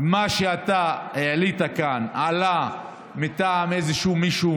מה שאתה העלית כאן, מטעם מישהו